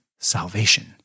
salvation